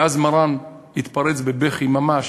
ואז מרן התפרץ בבכי ממש,